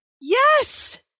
Yes